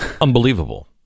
Unbelievable